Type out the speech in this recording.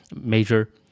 major